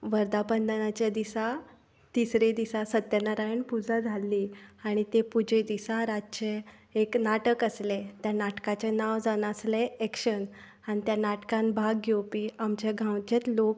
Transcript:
वर्धापन दिनाच्या दिसा तिसरे दिसा सत्यनारायण पुजा जाल्ली आनी ते पुजे दिसा रातचें एक नाटक आसलें त्या नाटकाचें नांव जावन आसलें एक्शन आनी त्या नाटकान भाग घेवपी आमचे गांवचेच लोक